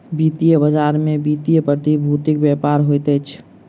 वित्तीय बजार में वित्तीय प्रतिभूतिक व्यापार होइत अछि